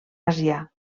àsia